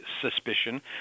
suspicion